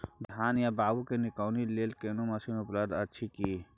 धान या बाबू के निकौनी लेल कोनो मसीन उपलब्ध अछि की?